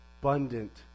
abundant